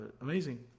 amazing